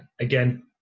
again